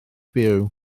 byw